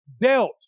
dealt